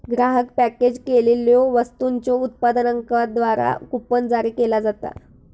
ग्राहक पॅकेज केलेल्यो वस्तूंच्यो उत्पादकांद्वारा कूपन जारी केला जाता